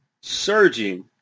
surging